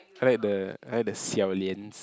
I like the I like the xiao-lians